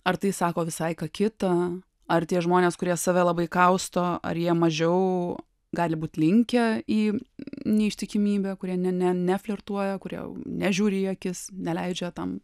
ar tai sako visai ką kitą ar tie žmonės kurie save labai kausto ar jie mažiau gali būt linkę į neištikimybę kurie ne ne neflirtuoja kurie nežiūri į akis neleidžia tam